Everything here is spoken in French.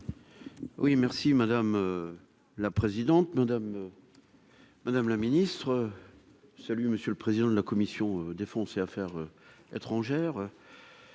Oui merci madame la présidente, madame, madame la ministre, salut, monsieur le président de la commission défoncé, Affaires étrangères.